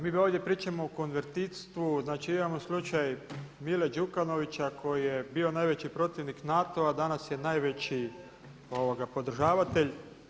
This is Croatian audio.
Mi ovdje pričamo o konvertitstvu, znači imamo slučaj Mile Đukanovića koji je bio najveći protivnik NATO-a, a danas je najveći podržavatelj.